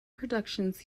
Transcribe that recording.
productions